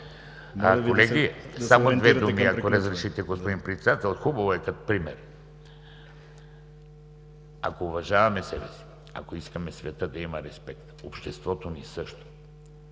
Само две думи, ако разрешите, господин Председател, хубаво е като пример. Ако уважаваме себе си, ако искаме светът да има респект, обществото ни също,